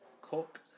Cook